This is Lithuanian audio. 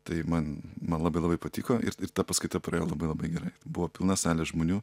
tai man man labai labai patiko ir ir ta paskaita praėjo labai labai gerai buvo pilna salė žmonių